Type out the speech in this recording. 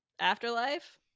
afterlife